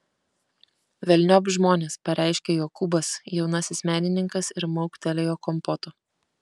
velniop žmones pareiškė jokūbas jaunasis menininkas ir mauktelėjo kompoto